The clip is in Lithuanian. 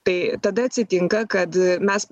tai tada atsitinka kad mes